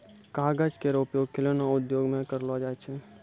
कागज केरो उपयोग खिलौना उद्योग म करलो जाय छै